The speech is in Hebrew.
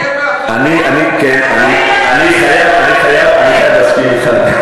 אני חייב להסכים אתך לגמרי.